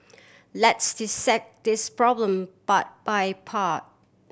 let's dissect this problem part by part